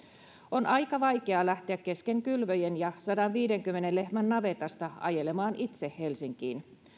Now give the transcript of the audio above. on aika vaikea lähteä kesken kylvöjen ja sadanviidenkymmenen lehmän navetasta ajelemaan itse helsinkiin